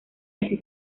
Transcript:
así